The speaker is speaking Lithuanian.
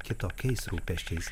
kitokiais rūpesčiais